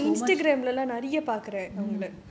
she's a big celebrity she has so much